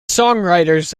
songwriters